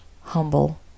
humble